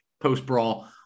post-brawl